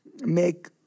make